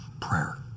Prayer